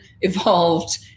evolved